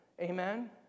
Amen